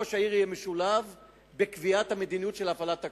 ראש העיר יהיה משולב בקביעת המדיניות של הפעלת הכוח.